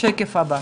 בשקף הבא,